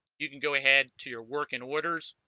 you can go ahead to your work in orders